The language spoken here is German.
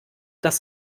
dass